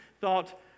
thought